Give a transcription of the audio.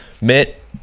Mitt